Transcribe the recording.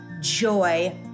Joy